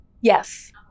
Yes